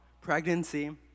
pregnancy